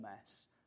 mess